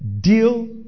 Deal